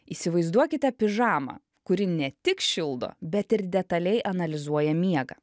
įsivaizduokite pižamą kuri ne tik šildo bet ir detaliai analizuoja miegą